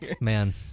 Man